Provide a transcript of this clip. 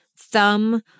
thumb